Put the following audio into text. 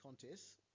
contests